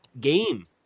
game